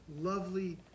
lovely